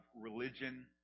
religion